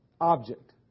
Object